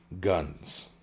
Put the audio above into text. guns